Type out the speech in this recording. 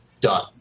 done